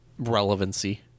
relevancy